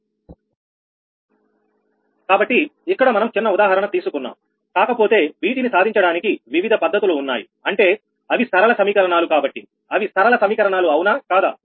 కాబట్టి ఇక్కడ మనం చిన్న ఉదాహరణ తీసుకున్నాం కాకపోతే వీటిని సాధించడానికి వివిధ పద్ధతులు ఉన్నాయి అంటే అవి సరళ సమీకరణాలు కాబట్టి అవి సరళ సమీకరణాలు అవునా కాదా